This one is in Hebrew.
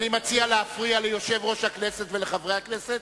אני מציע להפריע ליושב-ראש הכנסת ולחברי הכנסת,